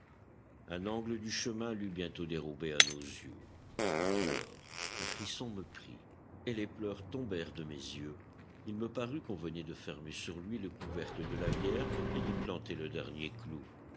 un angle du chemin l'eut bientôt dérobé à nos yeux alors un frisson me prit et les pleurs tombèrent de mes yeux il me parut qu'on venait de fermer sur lui le couvercle de la bière et d'y planter le dernier clou